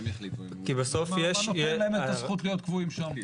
מה נותן להם את הזכות להיות קבועים שם?